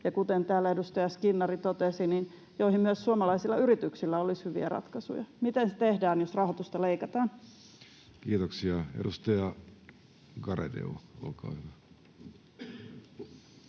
ja kuten täällä edustaja Skinnari totesi, joihin myös suomalaisilla yrityksillä olisi hyviä ratkaisuja — miten se tehdään, jos rahoitusta leikataan? [Speech 143] Speaker: